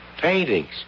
Paintings